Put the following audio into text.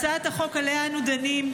הנושא הבא הצעת חוק העונשין (תיקון,